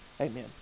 Amen